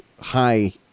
high